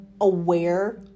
aware